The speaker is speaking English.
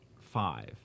five